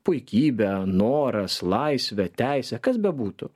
puikybe noras laisve teise kas bebūtų